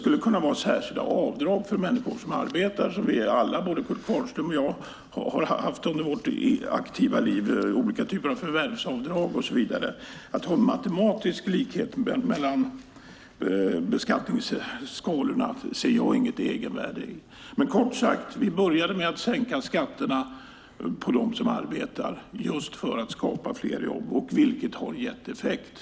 Särskilda avdrag för människor som arbetar har vi alla, även Kurt Kvarnström och jag, haft under våra aktiva liv. Det handlar om olika typer av förvärvsavdrag och så vidare. Att ha en matematisk likhet mellan beskattningsskalorna ser jag inget egenvärde i. Kort sagt: Vi började med att sänka skatterna för dem som arbetar just för att skapa fler jobb, vilket har gett effekt.